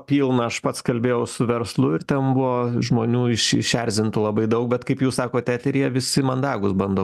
pilna aš pats kalbėjau su verslu ir ten buvo žmonių išerzintų labai daug bet kaip jūs sakot eteryje visi mandagūs bando